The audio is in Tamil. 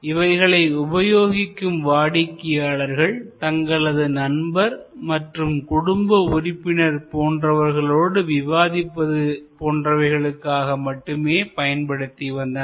இவைகளை உபயோகிக்கும் வாடிக்கையாளர்கள் தங்களது நண்பர் மற்றும் குடும்ப உறுப்பினர் போன்றவர்களுடன் விவாதிப்பது போன்றவைகளுக்காக மட்டுமே பயன்படுத்தி வந்தனர்